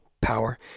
power